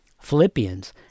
Philippians